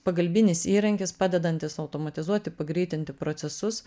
pagalbinis įrankis padedantis automatizuoti pagreitinti procesus